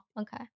okay